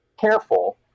careful